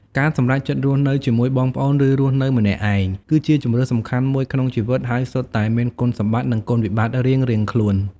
ការសម្រេចចិត្តរស់នៅជាមួយបងប្អូន ឬរស់នៅម្នាក់ឯង គឺជាជម្រើសសំខាន់មួយក្នុងជីវិត ហើយសុទ្ធតែមានគុណសម្បត្តិ និងគុណវិបត្តិរៀងៗខ្លួន។